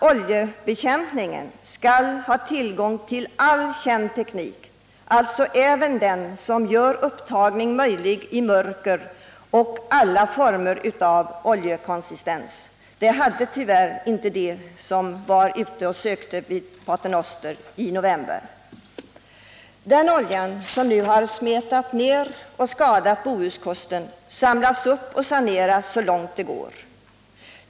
Oljebekämpningen skall ha tillgång till all känd teknik, alltså även sådan som gör upptagning möjlig i-mörker och av alla oljekonsistenser. Det hade tyvärr inte de som var ute och sökte vid Pater Noster i november. Den olja som nu har smetat ned och skadat Bohuskusten samlas upp och saneras så långt det går.